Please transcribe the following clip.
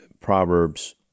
Proverbs